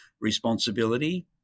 responsibility